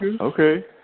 Okay